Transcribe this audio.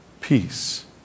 peace